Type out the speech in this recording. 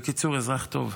בקיצור, אזרח טוב,